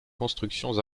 constructions